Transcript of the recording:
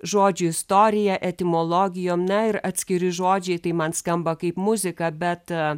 žodžių istorija etimologijom na ir atskiri žodžiai tai man skamba kaip muzika bet